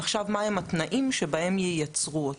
עכשיו מה הם התנאים שבהם ייצרו אותו.